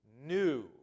new